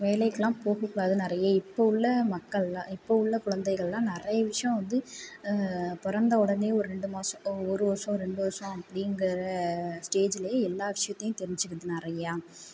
வேலைக்கெல்லாம் போககூடாதுனு நிறையா இப்போ உள்ள மக்கள்லாம் இப்ப உள்ள குழந்தைகளாம் நிறைய விஷயம் வந்து பிறந்தவுடனே ஒரு ரெண்டு மாசமோ ஒரு வருஷம் ரெண்டு வருஷம் அப்படிங்குற ஸ்டேஜ்லேயே எல்லா விஷயத்தையும் தெரிஞ்சிக்கிது நிறையா